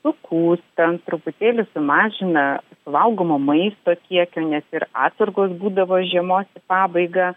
sukūsta truputėlį sumažina suvalgomo maisto kiekio nes ir atsargos būdavo žiemos į pabaigą